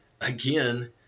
again